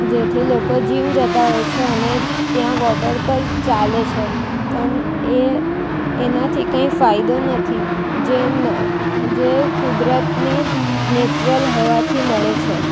જેથી લોકો જિમ જતાં હોય છે અને ત્યાં વોકર પર ચાલે છે પણ એ એનાથી કાંઇ ફાયદો નથી જે મ જે કુદરતની નેચરલ હવાથી મળે છે